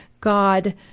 God